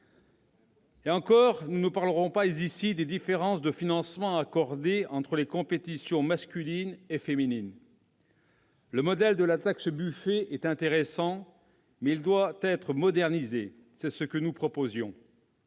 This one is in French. Et encore, nous ne parlerons pas ici des différences de financements entre les compétitions masculines et les compétitions féminines. Le modèle de la taxe Buffet est intéressant, mais doit être modernisé ; c'est que nous proposions.